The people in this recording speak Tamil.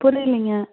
புரியலைங்க